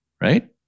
Right